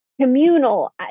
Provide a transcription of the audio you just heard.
communal